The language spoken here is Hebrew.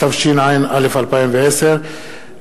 התשע"א 2010,